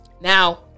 Now